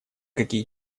какие